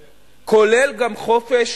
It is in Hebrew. גובר, כולל גם חופש